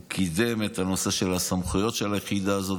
הוא קידם את הנושא של הסמכויות של היחידה הזאת.